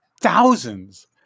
thousands